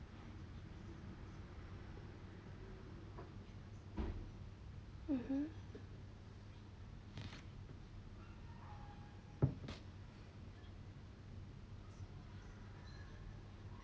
mmhmm